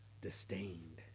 disdained